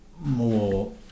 more